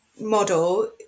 model